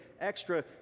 extra